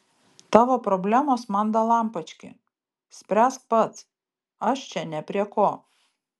tavo problemos man dalampački spręsk pats aš čia ne prie ko